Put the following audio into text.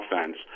offense